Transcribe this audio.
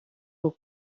aux